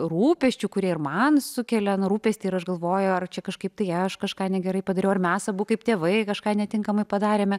rūpesčių kurie ir man sukelia na rūpestį ir aš galvoju ar čia kažkaip tai aš kažką negerai padariau ar mes abu kaip tėvai kažką netinkamai padarėme